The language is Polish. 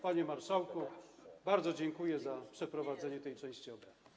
Panie marszałku, bardzo dziękuję za przeprowadzenie tej części obrad.